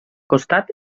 costat